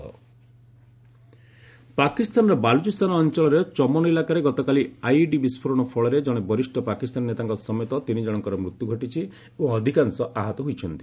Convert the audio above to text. Pak blast ପାକିସ୍ତାନର ବାଲୁଚିସ୍ତାନ ଅଞ୍ଚଳର ଚମନ ରଇଲାକାରେ ଗତକାଲି ଆଇଇଡି ବିସ୍ଫୋରଣ ଫଳରେ ଜଣେ ବରିଷ୍ଠ ପାକିସ୍ତାନୀ ନେତାଙ୍କ ସମେତ ତିନିଜଣଙ୍କର ମୃତ୍ୟୁ ଘଟିଛି ଏବଂ ଅଧିକାଂଶ ଆହତ ହୋଇଛନ୍ତି